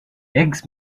eggs